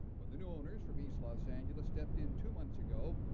when the new owners from east los angeles stepped in two months ago,